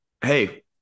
Hey